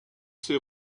ces